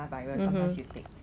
the the C_D_C